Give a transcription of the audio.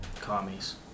Commies